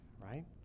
right